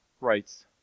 writes